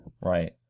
right